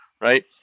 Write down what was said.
right